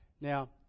Now